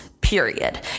period